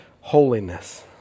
holiness